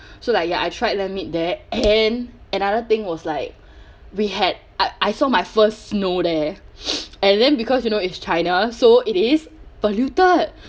so like ya I tried the meat there and another thing was like we had I I saw my first snow there and then because you know it's china so it is polluted